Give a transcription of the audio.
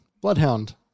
Bloodhound